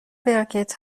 براکت